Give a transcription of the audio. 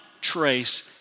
trace